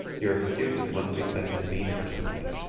your excuses must be sent to me personally.